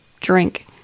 drink